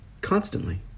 constantly